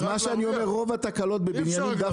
מה שאני אומר זה שרוב התקלות זה דווקא